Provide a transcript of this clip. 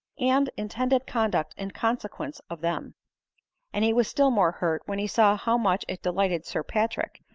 and intended conduct in consequence of them and he was still more hurt when he saw how much it delighted sir patrick,